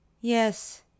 Yes